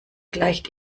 gleicht